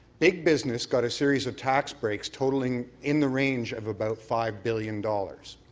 big business got a series of tax breaks totalling in the range of about five billion dollars.